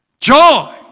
Joy